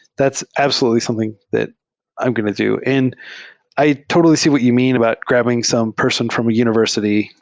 that's absolutely something that i'm going to do. and i totally see what you mean about grabbing some person from a univers ity,